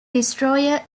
destroyer